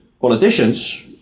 politicians